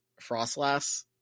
frostlass